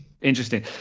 interesting